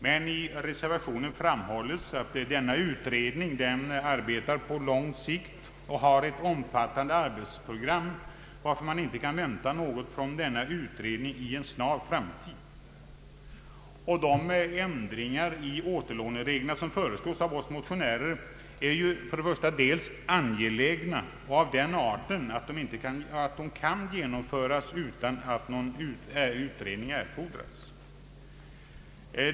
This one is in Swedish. Men i reser vationen framhålles att denna utredning arbetar på lång sikt och har ett omfattande arbetsprogram, varför man inte kan vänta något resultat från den inom en snar framtid. De ändringar i återlånereglerna som föreslås av oss motionärer är dels angelägna, dels av den arten att de kan genomföras utan att någon utredning erfordras.